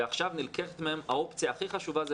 ועכשיו נלקחת מהם האופציה הכי חשובה,